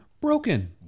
broken